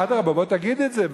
אדרבה, בוא תגיד את זה.